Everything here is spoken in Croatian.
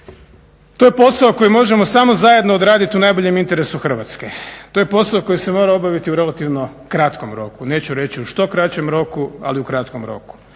To je posao koji možemo samo zajedno odradit u najboljem interesu Hrvatske. To je posao koji se mora obaviti u relativnom kratkom roku, neću reći u što kraćem roku ali u kratkom roku.